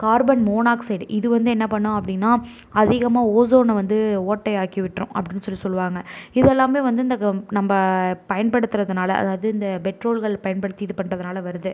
carbon monoxide இது வந்து என்ன பண்ணும் அப்டின்னா அதிகமா ஓசோனை வந்து ஓட்டையாக்கி விட்டுரும் அப்படின்னு சொல்லி சொல்லுவாங்க இதெல்லாமே வந்து இந்த நம்ப பயன்படுத்துறதுனால் அதாவது இந்த பெட்ரோல்கள் பயன்படுத்தி இது பண்றதுனால் வருது